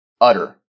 utter